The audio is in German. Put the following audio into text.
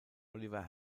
oliver